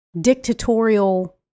dictatorial